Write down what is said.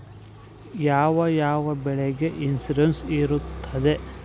ಯಾವ ಯಾವ ಬೆಳೆಗೆ ಇನ್ಸುರೆನ್ಸ್ ಬರುತ್ತೆ?